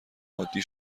عادی